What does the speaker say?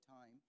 time